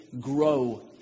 grow